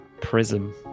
Prism